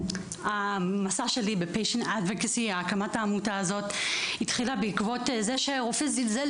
המסע שלי בהקמת העמותה הזאת התחיל בעקבות זה שרופא זלזל